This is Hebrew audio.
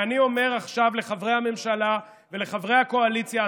אני אומר עכשיו לחברי הממשלה ולחברי הקואליציה,